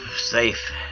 safe